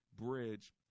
bridge